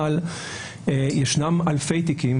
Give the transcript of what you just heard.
אבל יש אלפי תיקים,